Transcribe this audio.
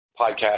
podcast